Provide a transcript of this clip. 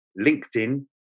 LinkedIn